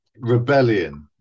rebellion